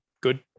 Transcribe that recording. good